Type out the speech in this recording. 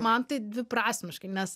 man taip dviprasmiškai nes